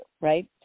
right